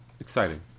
exciting